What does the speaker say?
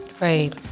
Right